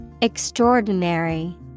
Extraordinary